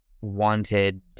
wanted